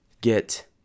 get